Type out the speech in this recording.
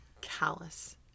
callous